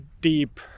deep